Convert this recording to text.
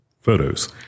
photos